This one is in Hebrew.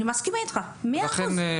אני מסכימה איתך ב-100%.